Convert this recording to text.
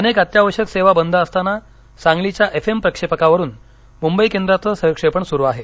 अनेक अत्यावश्यक सेवा बंद असताना सांगलीच्या एफ एम प्रक्षेपकावरून मुंबई केंद्राच सहक्षेपण सुरु आहे